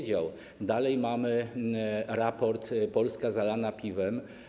Dalej mamy raport: Polska zalana piwem.